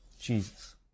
Jesus